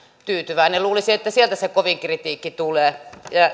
tyytyväinen luulisi että sieltä se kovin kritiikki tulee